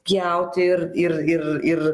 pjauti ir ir ir ir